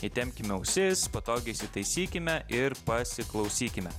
įtempkime ausis patogiai įsitaisykime ir pasiklausykime